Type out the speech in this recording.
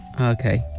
Okay